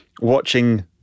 watching